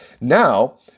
now